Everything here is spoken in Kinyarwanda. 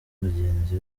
bagenzi